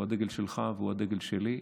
הוא הדגל שלך והוא הדגל שלי,